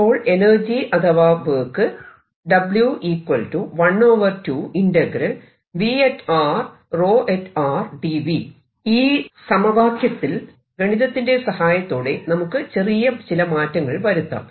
അപ്പോൾ എനർജി അഥവാ വർക്ക് ഈ സമവാക്യത്തിൽ ഗണിതത്തിന്റെ സഹായത്തോടെ നമുക്ക് ചെറിയ ചില മാറ്റങ്ങൾ വരുത്താം